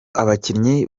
abakinnyi